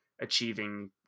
achieving